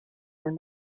were